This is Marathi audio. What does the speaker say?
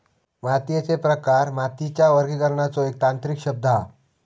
मातीयेचे प्रकार मातीच्या वर्गीकरणाचो एक तांत्रिक शब्द हा